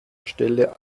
stelle